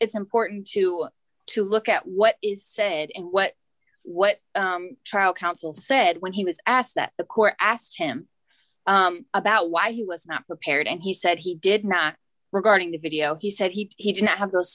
it's important to to look at what is said and what what trial counsel said when he was asked that the poor asked him about why he was not prepared and he said he did not regarding the video he said he did not have those